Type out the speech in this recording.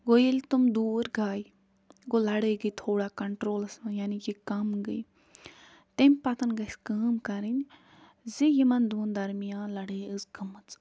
گوٚو ییٚلہِ تِم دوٗر گَے گوٚو لَڑٲے گٔے تھوڑا کَنٹرٛولَس منٛز یعنی کہِ کَم گٔے تٔمۍ پتہٕ گژھِ کٲم کَرٕنۍ زِ یِمَن دۄن درمیان لَڑٲے ٲس گٔمٕژ